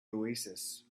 oasis